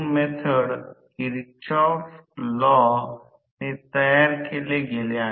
तर आता प्रश्न हा आहे की गती N वास्तविकतः ही रोटर ची गती आहे